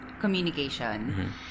communication